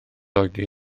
oedi